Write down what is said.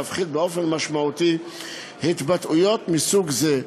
להפחית באופן משמעותי התבטאויות מסוג זה,